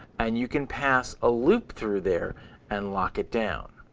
and you can pass a loop through there and lock it down.